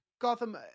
Gotham